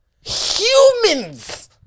humans